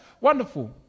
wonderful